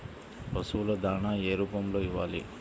పశువుల దాణా ఏ రూపంలో ఇవ్వాలి?